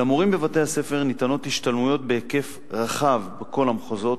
למורים בבתי-הספר ניתנות השתלמויות בהיקף רחב בכל המחוזות,